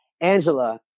Angela